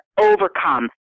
overcome